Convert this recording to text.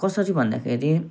कसरी भन्दाखेरि